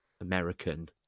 american